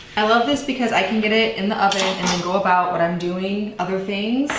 i love this because i can get it in the oven and then go about what i'm doing, other things.